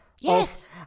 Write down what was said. Yes